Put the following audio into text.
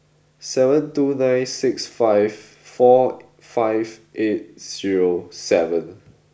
seven two nine six five four five eight zero seven